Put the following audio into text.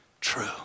true